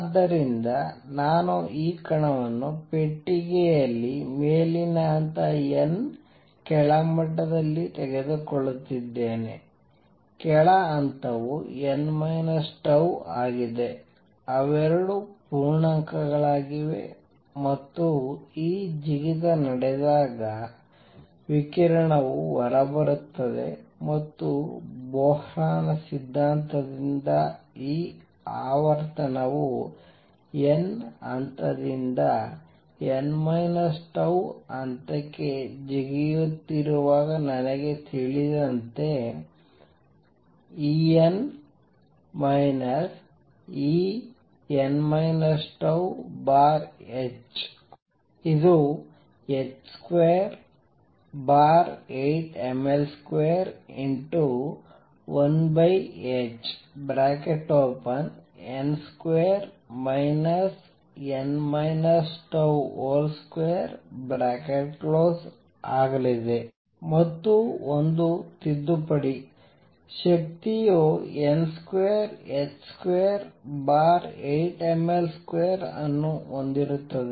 ಆದ್ದರಿಂದ ನಾನು ಈ ಕಣವನ್ನು ಪೆಟ್ಟಿಗೆಯಲ್ಲಿ ಮೇಲಿನ ಹಂತ n ಕೆಳಮಟ್ಟದಲ್ಲಿ ತೆಗೆದುಕೊಳ್ಳುತ್ತಿದ್ದೇನೆ ಕೆಳ ಹಂತವು n τ ಆಗಿದೆ ಅವೆರಡೂ ಪೂರ್ಣಾಂಕಗಳಾಗಿವೆ ಮತ್ತು ಈ ಜಿಗಿತ ನಡೆದಾಗ ವಿಕಿರಣವು ಹೊರಬರುತ್ತದೆ ಮತ್ತು ಬೊಹ್ರ್ನ ಸಿದ್ಧಾಂತದಿಂದ ಈ ಆವರ್ತನವು n ಹಂತದಿಂದ n τ ಹಂತಕ್ಕೆ ಜಿಗಿಯುತ್ತಿರುವಾಗ ನನಗೆ ತಿಳಿದಂತೆ En En τh ಇದುh28mL21hn2 n τ2 ಆಗಲಿದೆ ಮತ್ತು ಒಂದು ತಿದ್ದುಪಡಿ ಶಕ್ತಿಯು n2h28mL2 ಅನ್ನು ಹೊಂದಿರುತ್ತದೆ